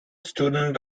student